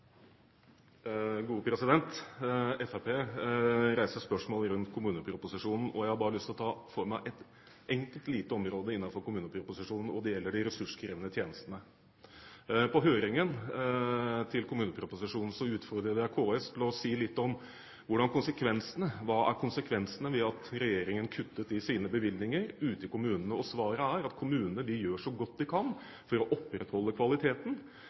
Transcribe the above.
reiser spørsmål rundt kommuneproposisjonen. Jeg har bare lyst til å ta for meg et enkelt lite område innenfor kommuneproposisjonen, og det gjelder de ressurskrevende tjenestene. På høringen i forbindelse med kommuneproposisjonen utfordret jeg KS til å si litt om hva som er konsekvensene av at regjeringen kuttet i sine bevilgninger ute i kommunene. Svaret er at kommunene gjør så godt de kan for å opprettholde kvaliteten.